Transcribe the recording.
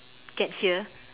get here